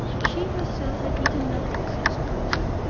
she herself had eaten nothing since the morning,